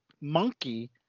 Monkey